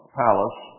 palace